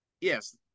yes